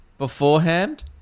beforehand